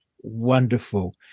wonderful